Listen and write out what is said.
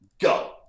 go